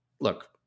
look